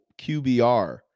QBR